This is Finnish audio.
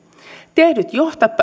tehdyt